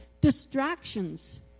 Distractions